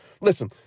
Listen